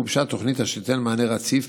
גובשה תוכנית אשר תיתן מענה רציף,